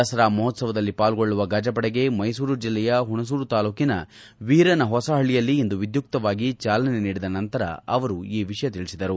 ದಸರಾ ಮಹೋತ್ತವದಲ್ಲಿ ಪಾಲ್ಗೊಳ್ಳುವ ಗಜಪಡೆಗೆ ಮೈಸೂರು ಜಿಲ್ಲೆಯ ಹುಣಸೂರು ತಾಲೂಕಿನ ವೀರನ ಹೊಸಹಳ್ಳಯಲ್ಲಿ ಇಂದು ವಿದ್ಯುಕ್ತವಾಗಿ ಚಾಲನೆ ನೀಡಿದ ನಂತರ ಅವರು ಈ ವಿಷಯ ತಿಳಿಸಿದರು